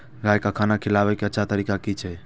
गाय का खाना खिलाबे के अच्छा तरीका की छे?